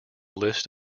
list